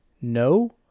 no